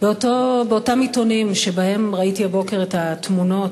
באותם עיתונים שבהם ראיתי הבוקר את התמונות